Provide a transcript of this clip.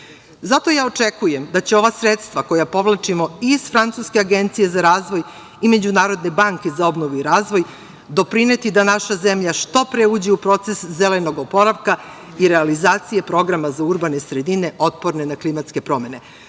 delo. Zato ja očekujem da će ova sredstva koja povlačimo iz francuske Agencije za razvoj i Međunarodne banke za obnovu i razvoj doprineti da naša zemlja što pre uđe u proces zelenog oporavka i realizacije programa za urbane sredine otporne na klimatske promene. Zbog